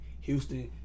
Houston